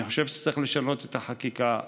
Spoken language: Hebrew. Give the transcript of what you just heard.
אני חושב שצריך לשנות את החקיקה,